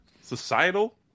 Societal